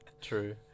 true